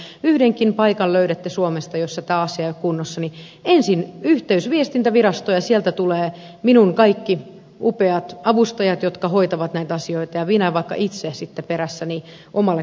jos yhdenkin paikan löydätte suomesta jossa tämä asia ei ole kunnossa niin ensin yhteys viestintävirastoon ja sieltä tulevat minun kaikki upeat avustajani jotka hoitavat näitä asioita ja minä vaikka itse sitten perässä omalle kotikäynnille